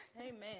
amen